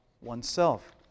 oneself